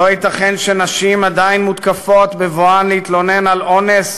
לא ייתכן שנשים עדיין מותקפות בבואן להתלונן על אונס,